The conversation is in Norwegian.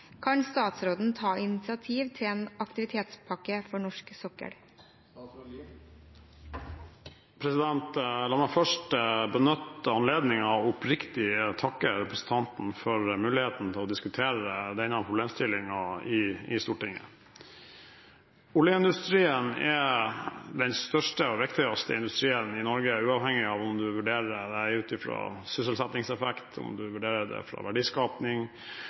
Kan statsråden ta initiativ til en aktivitetspakke for norsk sokkel?» La meg først benytte anledningen til oppriktig å takke representanten for muligheten til å diskutere denne problemstillingen i Stortinget. Oljeindustrien er den største og viktigste industrien i Norge uavhengig av om man vurderer det ut fra sysselsettingseffekt,